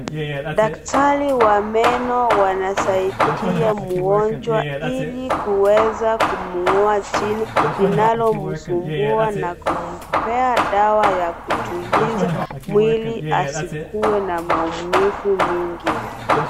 Daktari wa meno wanasaidia mgonjwa ili kuweza kumng'oa jino linalo msumbua na kupea dawa ya kutuliza mwili asikue na maumivu mingi.